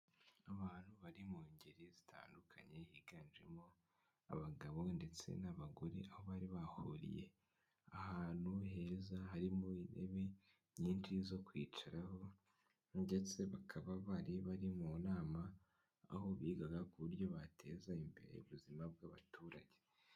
Abantu bari mu ngeri zitandukanye, higanjemo abagabo ndetse n'abagore, aho bari bahuriye ahantu heza harimo intebe nyinshi zo kwicaraho ndetse bakaba bari mu nama, aho bigaga ku buryo bateza imbere ubuzima bw'abaturage.